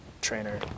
trainer